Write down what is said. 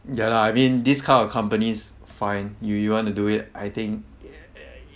ya lah I mean this kind of companies fine yo~ you want to do it I think i~